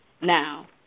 Now